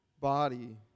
body